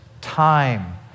time